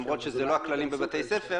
למרות שזה לא הכללים בבתי-ספר,